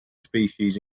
species